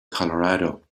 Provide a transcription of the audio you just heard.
colorado